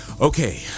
okay